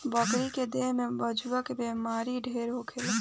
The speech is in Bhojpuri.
बकरी के देह में खजुली के बेमारी ढेर होखेला